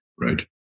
right